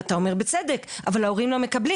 ואתה אומר בצדק - אבל ההורים לא מקבלים.